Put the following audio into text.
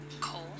Cole